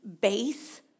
base